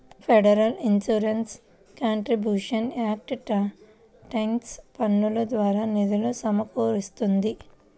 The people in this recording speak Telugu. federal insurance contributions act tax పన్నుల ద్వారా నిధులు సమకూరుస్తుంది